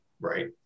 right